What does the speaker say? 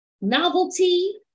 novelty